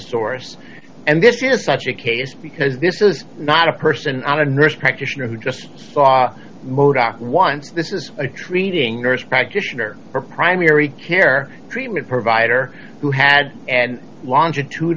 source and this is such a case because this is not a person on a nurse practitioner who just saw mo doc once this is a treating nurse practitioner or primary care treatment provider who has and longitud